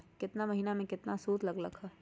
केतना महीना में कितना शुध लग लक ह?